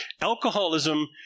alcoholism